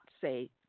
say